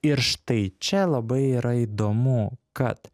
ir štai čia labai yra įdomu kad